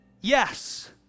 Yes